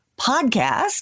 podcast